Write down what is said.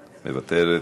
מוותרת.